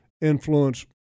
influence